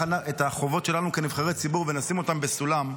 את החובות שלנו כנבחרי ציבור ונשים אותן בסולם,